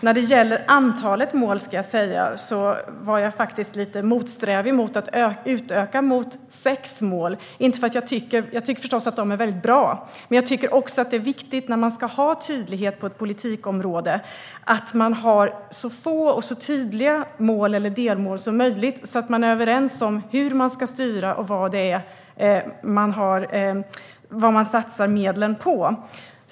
När det gäller antalet mål var jag faktiskt lite motsträvig till att utöka till sex mål. Jag tycker förstås att målen är bra, men när man ska ha tydlighet på ett politikområde tycker jag att det är viktigt att man har så få och tydliga mål eller delmål som möjligt, så att man är överens om hur man ska styra och vad det är man satsar medlen på.